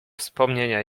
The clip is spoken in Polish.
wspomnienia